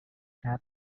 cap